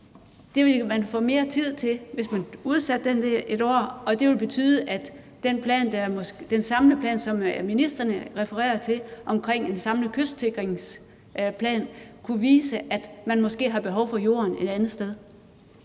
Det ville man få mere tid til, hvis man udsatte den del et år, og det ville betyde, at den samlede plan, som ministrene refererer til, altså en samlet kystsikringsplan, kunne vise, at man måske har behov for jorden et andet sted.